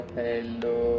hello